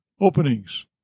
openings